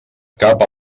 cap